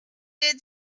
did